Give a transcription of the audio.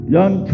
Young